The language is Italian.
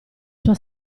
tua